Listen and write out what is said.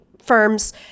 firms